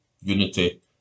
unity